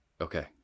Okay